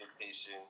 invitation